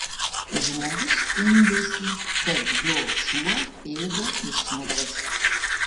žmogus skundėsi kad jo šuo ėda išmatas